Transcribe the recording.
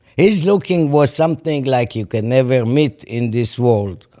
his looking was something like you can never meet in this world.